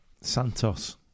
Santos